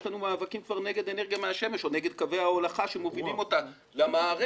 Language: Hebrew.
לנו מאבקים נגד אנרגיה מהשמש או נגד קווי ההולכה שמובילים אותה למערכת.